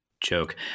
joke